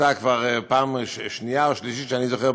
ואתה כבר פעם שנייה או שלישית שאני זוכר,